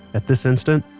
at this instant,